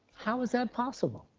how is that possible?